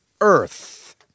earth